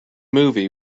movie